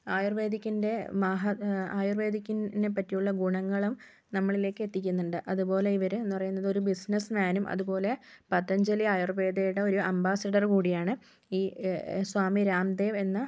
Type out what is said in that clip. ആയുർവേദിക്കിൻ്റെ മാഹാത് ആയുർവേദിക്കിനെ പറ്റിയുള്ള ഗുണങ്ങളും നമ്മളിലേക്കെത്തിക്കുന്നുണ്ട് അതുപോലെ ഇവര് എന്ന് പറയുന്നത് ഒരു ബിസ്സിനസ്സ്മാനും അതുപോലെ പതഞ്ജലി ആയുർവേദയുടെ ഒരു അംബാസിഡറും കൂടി ആണ് ഈ സ്വാമി രാംദേവ് എന്ന